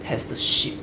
has the ship